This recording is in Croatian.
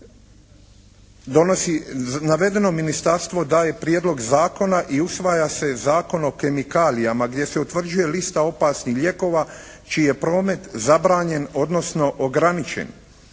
donosi, navedeno ministarstvo daje prijedlog zakona i usvaja se Zakon o kemikalijama gdje se utvrđuje lista opasnih lijekova čiji je promet zabranjen odnosno ograničen